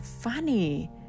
funny